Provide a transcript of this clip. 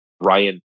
ryan